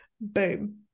Boom